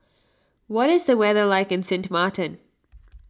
what is the weather like in Sint Maarten